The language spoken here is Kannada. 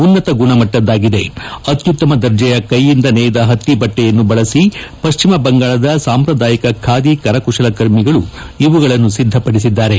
ಉನ್ನತ ಗುಣಮಟ್ಟದ್ದಾಗಿದೆ ಅತ್ಯುತ್ತಮ ದರ್ಜೆಯ ಕೈಯಿಂದ ನೇಯ್ದ ಹತ್ತಿ ಬಟ್ಟಿಯನ್ನು ಬಳಸಿ ಪಶ್ಚಿಮ ಬಂಗಾಳದ ಸಾಂಪ್ರದಾಯಿಕ ಖಾದಿ ಕರಕುಶಲಕರ್ಮಿಗಳು ಇವುಗಳನ್ನು ಸಿದ್ದಪಡಿಸಿದ್ದಾರೆ